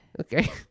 Okay